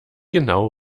genau